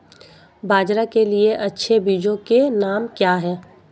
बाजरा के लिए अच्छे बीजों के नाम क्या हैं?